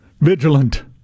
vigilant